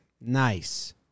Nice